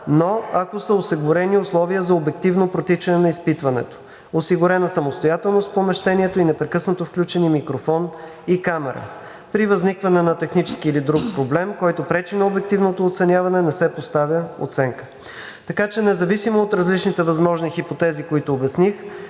но ако са осигурени условия за обективно протичане на изпитване – осигурена самостоятелност в помещението и непрекъснато включени микрофон и камера. При възникване на технически или друг проблем, който пречи на обективното оценяване, не се поставя оценка. Така че независимо от различните възможни хипотези, които обясних,